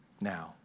now